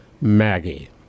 Maggie